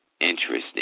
interesting